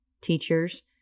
teachers